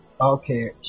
Okay